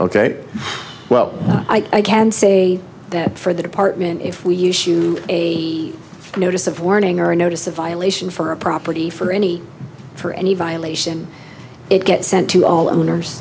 ok well i can say that for the department if we use you a notice of warning or a notice a violation for a property for any for any violation it gets sent to all owners